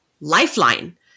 lifeline